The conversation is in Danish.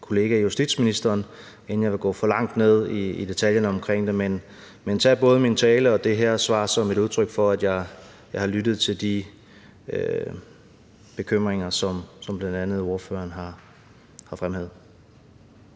kollega justitsministeren, inden jeg vil gå for langt ned i detaljerne omkring det, men tag både min tale og det her svar som et udtryk for, at jeg har lyttet til de bekymringer, som bl.a. ordføreren har fremhævet.